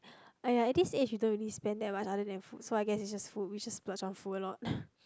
!aiya! at this age you don't really spend that much other than food so I guess it's just food which is splurge on food loh